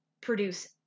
produce